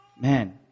man